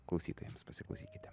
klausytojams pasiklausykite